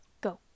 go